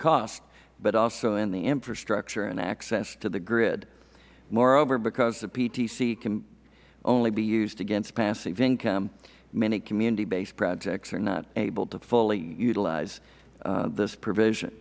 cost but also in the infrastructure and access to the grid moreover because the ptc can only be used against passive income many community based projects are not able to fully utilize this provision